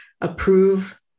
approve